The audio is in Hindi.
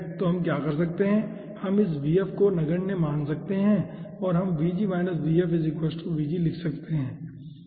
तो हम क्या कर सकते हैं हम इस को नगण्य मान सकते हैं और हम लिख सकते हैं